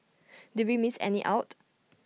did we miss any out